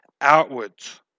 outwards